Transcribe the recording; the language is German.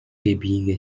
gebirge